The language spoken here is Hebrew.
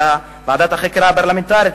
של ועדת החקירה הפרלמנטרית,